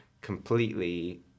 completely